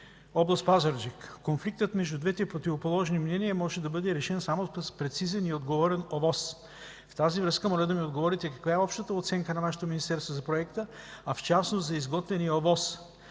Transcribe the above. област Пазарджик. Конфликтът между двете противоположни мнения може да бъде решен само с прецизен и отговорен ОВОС. В тази връзка, моля да ми отговорите: каква е общата оценка на Вашето министерство за проекта, а в частност за изготвения ОВОС?